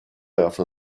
after